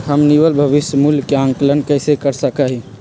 हम निवल भविष्य मूल्य के आंकलन कैसे कर सका ही?